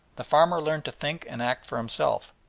the farmer learned to think and act for himself,